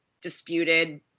disputed